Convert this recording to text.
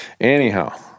anyhow